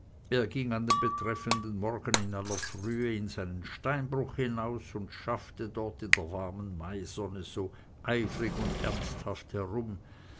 er ging an dem betreffenden morgen in aller frühe in seinen steinbruch hinaus und schaffte dort in der warmen maisonne so eifrig und ernsthaft herum